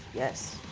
yes.